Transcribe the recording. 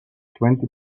twenty